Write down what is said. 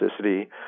toxicity